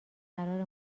قرار